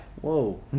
Whoa